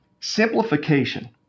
Simplification